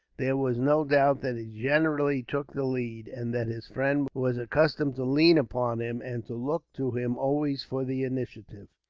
there was no doubt that he generally took the lead, and that his friend was accustomed to lean upon him, and to look to him always for the initiative.